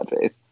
faith